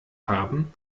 haben